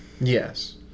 Yes